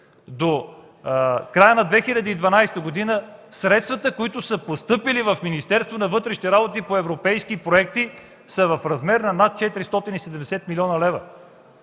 до края на 2012 г. средствата, които са постъпили в Министерството на вътрешните работи по европейски проекти, са в размер на над 470 млн. лв.